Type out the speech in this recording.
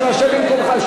שב במקומך.